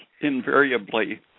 invariably